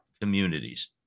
communities